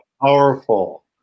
powerful